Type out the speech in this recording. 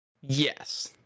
yes